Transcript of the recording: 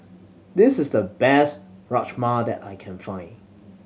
this is the best Rajma that I can find